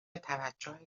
توجه